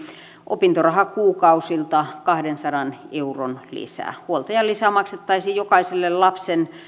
opintorahakuukausilta kahdensadan euron lisä huoltajalisä maksettaisiin jokaiselle lapsen